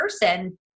person